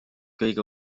kõige